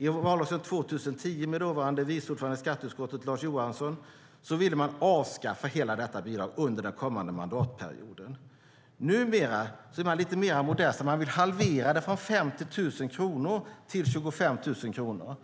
I valrörelsen 2010 ville man, med dåvarande vice ordförande i skatteutskottet Lars Johansson, avskaffa detta bidrag under den kommande mandatperioden. Numera är man lite mer modest och vill halvera det från 50 000 kronor till 25 000 kronor.